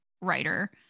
writer